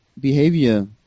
behavior